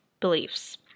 beliefs